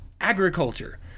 agriculture